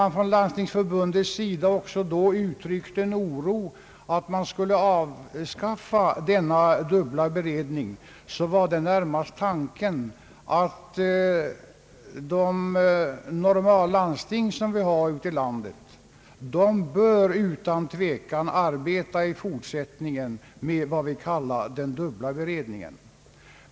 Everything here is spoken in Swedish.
När Landstingsförbundet uttryckt oro för att man skulle avskaffa denna dubbla beredning vill jag säga att tanken närmast var att de normallandsting som vi har ute i landet utan tvekan bör i fortsättningen arbeta med vad vi kallar den dubbla beredningen.